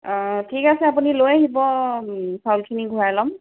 অ' ঠিক আছে আপুনি লৈ আহিব চাউলখিনি ঘূৰাই ল'ম